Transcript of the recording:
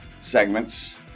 segments